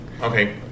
Okay